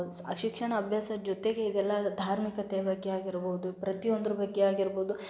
ಶಿಕ್ಷಣ ಅಭ್ಯಾಸದ ಜೊತೆಗೆ ಇದೆಲ್ಲ ಧಾರ್ಮಿಕತೆ ಬಗ್ಗೆ ಆಗಿರ್ಬೋದು ಪ್ರತಿ ಒಂದ್ರ ಬಗ್ಗೆ ಆಗಿರ್ಬೋದು